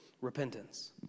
repentance